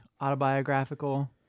autobiographical